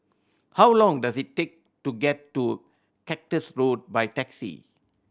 how long does it take to get to Cactus Road by taxi